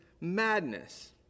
madness